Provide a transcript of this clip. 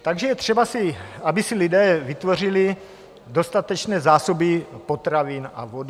Takže je třeba, aby si lidé vytvořili dostatečné zásoby potravin a vody.